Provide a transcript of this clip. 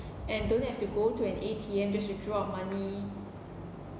and don't have to go to an A_T_M just withdraw our money